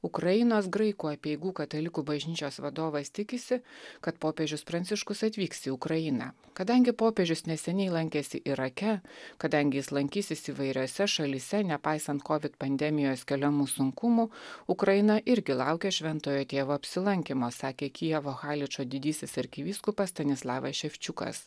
ukrainos graikų apeigų katalikų bažnyčios vadovas tikisi kad popiežius pranciškus atvyks į ukrainą kadangi popiežius neseniai lankėsi irake kadangi jis lankysis įvairiose šalyse nepaisant kovid pandemijos keliamų sunkumų ukraina irgi laukia šventojo tėvo apsilankymo sakė kijevo haličo didysis arkivyskupas stanislavas ševčiukas